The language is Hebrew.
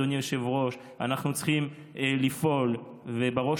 אדוני היושב-ראש: אנחנו צריכים לפעול ובראש